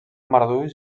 marduix